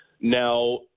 Now